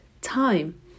time